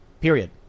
period